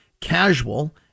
casual